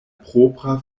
propra